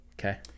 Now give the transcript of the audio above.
Okay